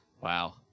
Wow